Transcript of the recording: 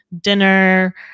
Dinner